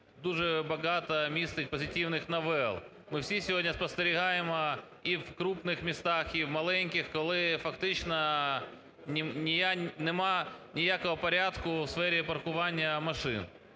дуже багато містить позитивних новел. Ми всі сьогодні спостерігаємо і в крупних містах, і в маленьких, коли фактично нема ніякого порядку у сфері паркування машин.